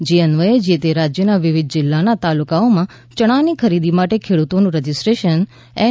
જે અન્વયે જે તે રાજયના વિવિધ જિલ્લાના તાલુકાઓમાં યણાની ખરીદી માટે ખેડૂતોનું રજીસ્ટ્રેશન એન